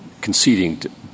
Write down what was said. conceding